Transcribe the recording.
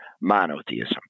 monotheism